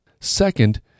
Second